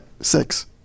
six